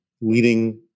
leading